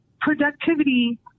productivity